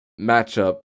matchup